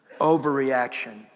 overreaction